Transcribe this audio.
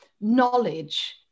knowledge